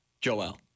Joel